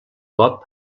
cop